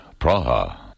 Praha